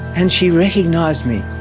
and she recognised me.